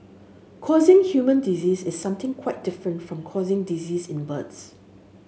causing human disease is something quite different from causing disease in birds